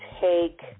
take